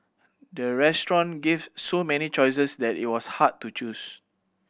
the restaurant gave so many choices that it was hard to choose